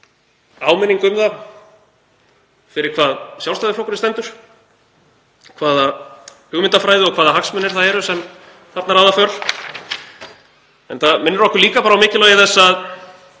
áminning um það fyrir hvað Sjálfstæðisflokkurinn stendur, hvaða hugmyndafræði og hvaða hagsmunir það eru sem þar ráða för. Þetta minnir okkur líka á mikilvægi þess að